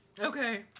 Okay